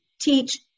teach